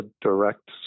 direct